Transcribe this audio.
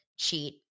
cheat